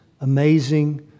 amazing